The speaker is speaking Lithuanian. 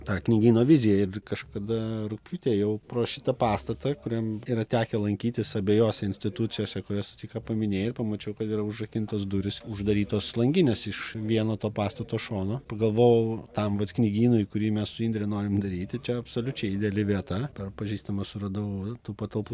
tą knygyno viziją ir kažkada rugpjūtį ėjau pro šitą pastatą kuriam yra tekę lankytis abejose institucijose kurias tik ką paminėjai ir pamačiau kad yra užrakintos durys uždarytos langinės iš vieno to pastato šono pagalvojau tam vat knygynui kurį mes su indre norim daryti čia absoliučiai ideali vieta per pažįstamus suradau tų patalpų